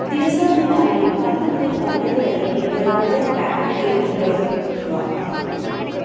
ദിവസവും രാവിലെ പത്ത് മുതൽ പതിനൊന്ന് വരെ എന്റെ റോബോട്ട് വാക്വം ക്ലീനർ പ്രവർത്തിപ്പിക്കുക